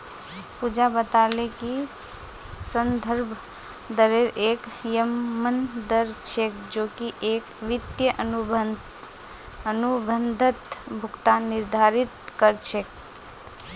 पूजा बताले कि संदर्भ दरेर एक यममन दर छेक जो की एक वित्तीय अनुबंधत भुगतान निर्धारित कर छेक